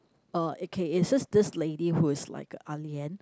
uh okay is this this lady who is like a Ah Lian